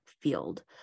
field